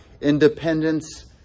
Independence